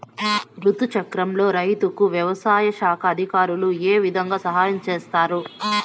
రుతు చక్రంలో రైతుకు వ్యవసాయ శాఖ అధికారులు ఏ విధంగా సహాయం చేస్తారు?